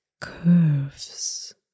Curves